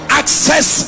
access